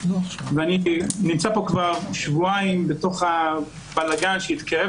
ואני נמצא פה כבר שבועיים בבלגן כשהתקרבו